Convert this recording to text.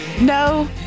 No